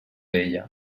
ella